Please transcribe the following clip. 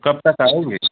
सब बताएँगे